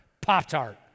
Pop-Tart